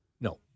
No